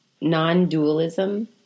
non-dualism